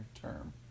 term